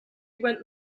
went